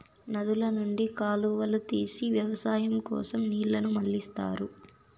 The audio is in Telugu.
నదుల నుండి కాలువలు తీసి వ్యవసాయం కోసం నీళ్ళను మళ్ళిస్తారు